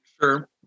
Sure